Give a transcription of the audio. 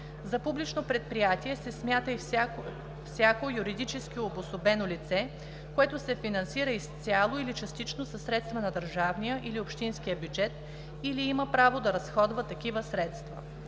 За публично предприятие се смята и всяко юридически обособено лице, което се финансира, изцяло или частично, със средства от държавния или от общинския бюджет или има право да разходва такива средства.